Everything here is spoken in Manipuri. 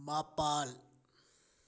ꯃꯄꯥꯜ